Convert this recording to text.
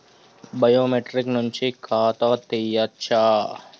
Biometric నుంచి ఖాతా తీయచ్చా?